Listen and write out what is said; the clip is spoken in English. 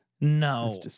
No